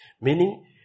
Meaning